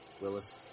Willis